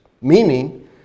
Meaning